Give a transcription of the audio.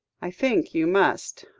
i think you must,